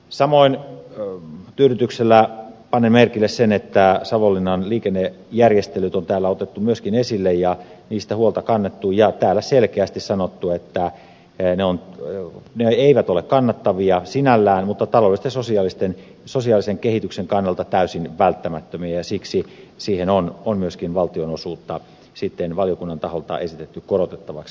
samoin tyydytyksellä panen merkille sen että savonlinnan liikennejärjestelyt on täällä otettu myöskin esille ja niistä on huolta kannettu ja täällä on selkeästi sanottu että ne eivät ole kannattavia sinällään mutta taloudellisen ja sosiaalisen kehityksen kannalta täysin välttämättömiä ja siksi niihin on myöskin valtionosuutta valiokunnan taholta esitetty korotettavaksi